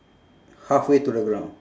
halfway to the ground